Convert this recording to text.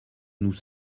nous